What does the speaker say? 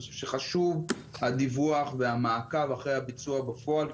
אני חושב שחשוב הדיווח והמעקב אחרי הביצוע בפועל.